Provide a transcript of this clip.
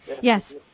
yes